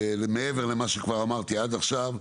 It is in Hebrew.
מעבר למה שכבר אמרתי עד עכשיו: